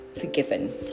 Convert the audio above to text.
forgiven